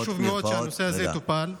חברת הכנסת דבי ביטון.